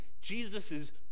Jesus's